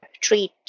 treat